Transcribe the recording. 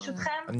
ברשותכם,